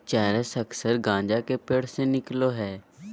चरस अक्सर गाँजा के पेड़ से निकलो हइ